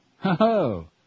Ho